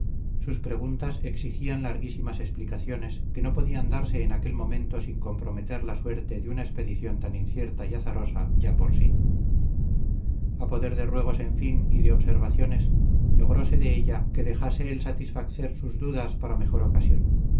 sus preguntas exigían larguísimas explicaciones que no podían darse en aquel momento sin comprometer la suerte de una expedición tan incierta y azarosa ya por sí a poder de ruegos en fin y de observaciones logróse de ella que dejase el satisfacer sus dudas para mejor ocasión